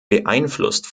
beeinflusst